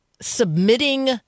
submitting